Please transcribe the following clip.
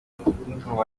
ndumva